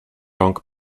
rąk